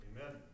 Amen